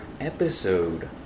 episode